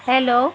hello